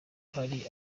hari